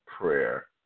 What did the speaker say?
prayer